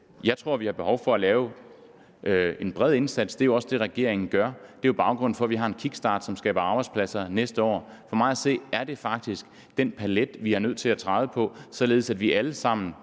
Jeg tror, at vi har behov for at lave en bred indsats. Det er jo også det, regeringen gør. Det er baggrunden for, at vi har en kickstart, som skaber arbejdspladser næste år. For mig at se er det faktisk den palet, vi er nødt til at bruge, således at vi alle sammen